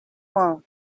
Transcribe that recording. war